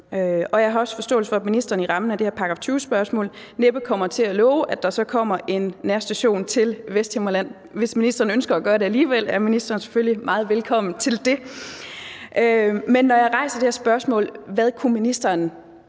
og jeg har også forståelse for, at ministeren inden for rammen af det her § 20-spørgsmål næppe kommer til at love, at der så kommer en nærstation til Vesthimmerland. Hvis ministeren ønsker at gøre det alligevel, er ministeren selvfølgelig meget velkommen til det. Men når jeg rejser det her spørgsmål om, hvad ministeren